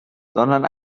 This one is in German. sondern